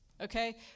okay